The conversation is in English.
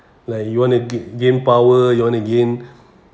like you want to gain gain power you want to gain